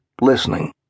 listening